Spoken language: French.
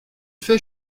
fait